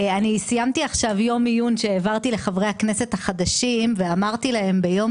סיימתי עכשיו יום עיון שהעברתי לחברי הכנסת החדשים ואמרתי להם ביום